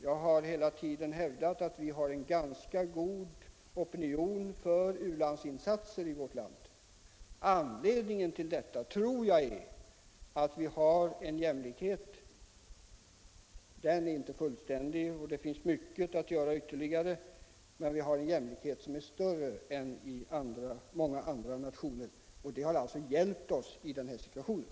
Jag har hela tiden hävdat att vi i vårt land har en ganska god opinion för u-landsinsatser. Anledningen till detta tror jag är att vi har kommit ganska långt mot jämlikhet — den är inte fullständig och det finns mycket att göra ytterligare, men den är större än i många andra länder — och det har hjälpt oss i den här situationen.